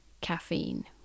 caffeine